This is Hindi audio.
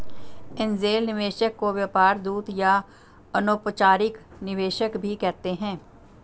एंजेल निवेशक को व्यापार दूत या अनौपचारिक निवेशक भी कहते हैं